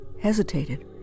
hesitated